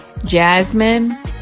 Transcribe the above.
Jasmine